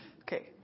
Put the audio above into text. Okay